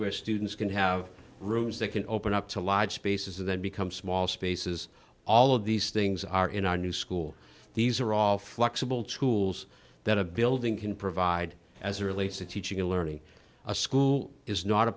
where students can have rooms that can open up to large spaces then become small spaces all of these things are in our new school these are all flexible tools that a building can provide as relates to teaching and learning a school is not a